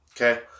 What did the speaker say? okay